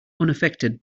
unaffected